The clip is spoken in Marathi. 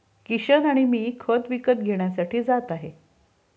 किशन आणि मी खत विकत घेण्यासाठी जात आहे